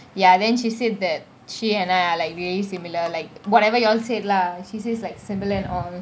ya then she said that she and I are like really similar like whatever you all said lah she says like similar and all